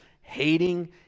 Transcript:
hating